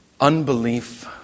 Unbelief